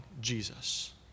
Jesus